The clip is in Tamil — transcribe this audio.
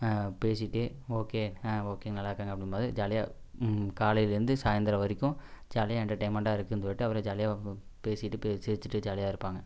பேசிகிட்டு ஓகே ஓகே நல்லா இருக்காங்க அப்படிங்கம் போது ஜாலியாக காலையில் இருந்து சாய்ந்திரம் வரைக்கும் ஜாலியாக என்டர்டைன்மெண்டாக இருக்குன் சொல்லிகிட்டு அப்புறம் ஜாலியாக பேசிகிட்டு பே சிரிச்சுட்டு ஜாலியாக இருப்பாங்க